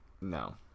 No